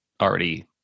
already